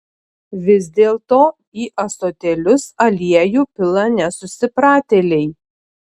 vis dėlto į ąsotėlius aliejų pila nesusipratėliai